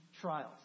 trials